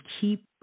keep